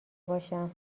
باشم